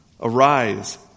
Arise